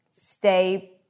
Stay